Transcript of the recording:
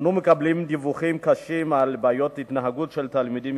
אנו מקבלים דיווחים קשים על בעיות התנהגות של תלמידים